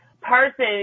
person